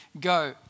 go